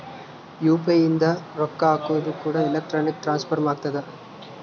UPI ಇಂದ ರೊಕ್ಕ ಹಕೋದು ಕೂಡ ಎಲೆಕ್ಟ್ರಾನಿಕ್ ಟ್ರಾನ್ಸ್ಫರ್ ಆಗ್ತದ